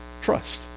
Trust